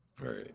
Right